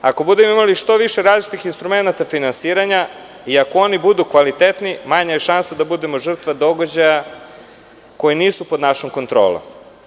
Ako budemo imali što više različitih instrumenata finansiranja i ako oni budu kvalitetni, manja je šansa da budemo žrtva događaja koji nisu pod našom kontrolom.